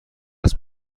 است